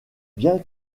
bien